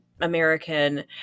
American